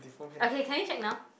okay can you check now